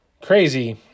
crazy